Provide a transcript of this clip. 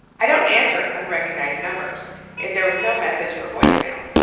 i don't answer unrecognized numbers if there was no message or voicemail.